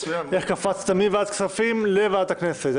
קפצת מוועדת כספים לוועדת הכנסת,